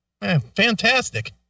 Fantastic